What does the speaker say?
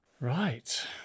Right